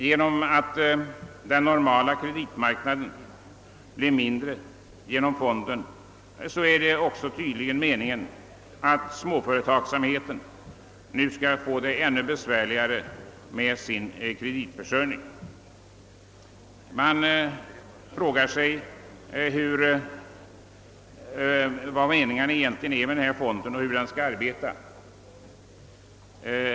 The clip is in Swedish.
Genom att den normala kreditmarknaden blir mindre på grund av fonden är dettydligen meningen att småföretagsamheten nu skall få det ännu besvärligare med sin kreditförsörjning. Man frågar sig vad meningen egentligen är med denna fond och hur den skall arbeta.